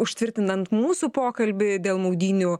užtvirtinant mūsų pokalbį dėl maudynių